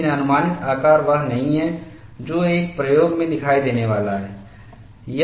लेकिन अनुमानित आकार वह नहीं है जो एक प्रयोग में दिखाई देने वाला है